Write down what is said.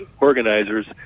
organizers